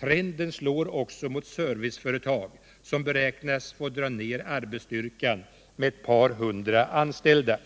Trenden slår också mot serviceföretag, som beräknas få dra ner arbetsstyrkan med ett par hundra anställda.